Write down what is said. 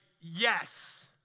yes